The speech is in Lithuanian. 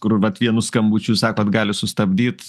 kur vat vienu skambučiu sakot gali sustabdyt